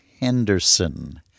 Henderson